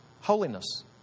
Holiness